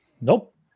Nope